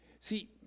See